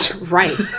Right